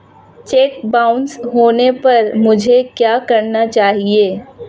Check bounce होने पर मुझे क्या करना चाहिए?